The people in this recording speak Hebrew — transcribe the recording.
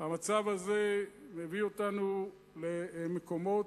המצב הזה מביא אותנו למקומות